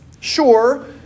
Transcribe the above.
Sure